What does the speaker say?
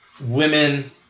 women